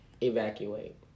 Evacuate